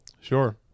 Sure